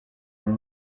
uwo